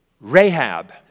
Rahab